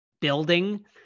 Building